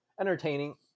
entertaining